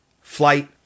flight